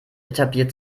etabliert